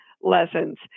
lessons